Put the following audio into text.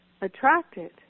attracted